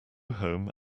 home